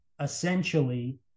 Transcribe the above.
essentially